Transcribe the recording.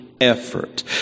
effort